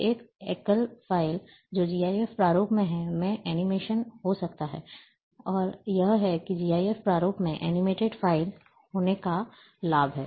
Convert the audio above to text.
तो एक एकल फ़ाइल जो GIF प्रारूप में है में एनिमेशन हो सकते हैं और यह है कि GIF प्रारूप में एनिमेटेड फाइलें होने का लाभ